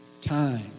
time